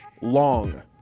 long